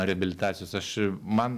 reabilitacijos aš man